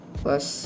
plus